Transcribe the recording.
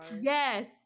Yes